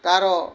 ତା'ର